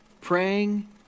Praying